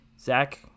zach